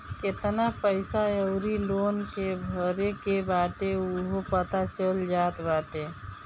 केतना पईसा अउरी लोन के भरे के बाटे उहो पता चल जात बाटे